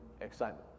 excitement